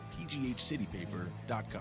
pghcitypaper.com